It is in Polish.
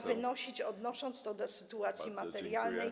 wynosić, odnosząc to do sytuacji materialnej.